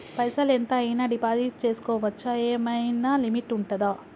పైసల్ ఎంత అయినా డిపాజిట్ చేస్కోవచ్చా? ఏమైనా లిమిట్ ఉంటదా?